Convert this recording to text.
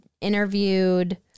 interviewed